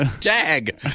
Tag